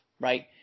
right